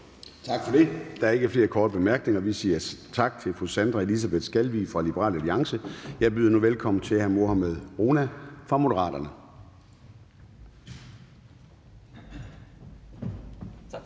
Tak for det. Der er ikke flere korte bemærkninger. Vi siger tak til fru Sandra Elisabeth Skalvig fra Liberal Alliance. Jeg byder nu velkommen til hr. Mohammad Rona fra Moderaterne.